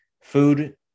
food